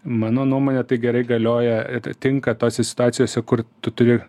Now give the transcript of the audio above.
mano nuomone tai gerai galioja ir tinka tose situacijose kur tu turi